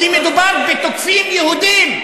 כי מדובר בתוקפים יהודים.